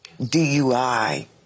DUI